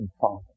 Father